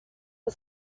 are